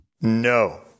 No